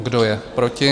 Kdo je proti?